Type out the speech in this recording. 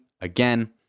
Again